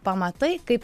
pamatai kaip